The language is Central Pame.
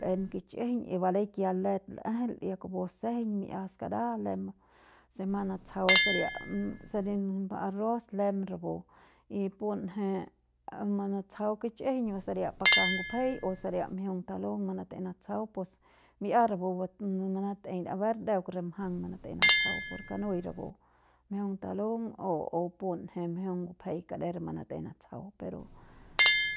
L'en kich'ijiñ y baleik ya let l'ejel ya kupu sejeiñ mi'ia skadaja lem se mjang natsjau saria saria em ri arroz lem rapu y punje manatsjau kich'ijiñ saria pakas ngupjei o saria mjiung talung manat'ei natsjau pus mi'ia rapu ba manat'ei aver deuk re mjang manat'ei natsjau por kanui rapu mjiung talung o o punje mjiung ngupjei ker manatei natsjau pero